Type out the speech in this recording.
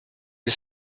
wir